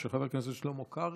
368, של חבר הכנסת שלמה קרעי.